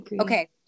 okay